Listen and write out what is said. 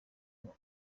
uko